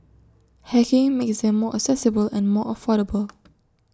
hacking makes them more accessible and more affordable